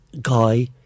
guy